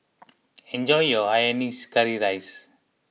enjoy your Hainanese Curry Rice